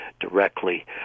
directly